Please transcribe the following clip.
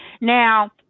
now